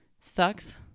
sucks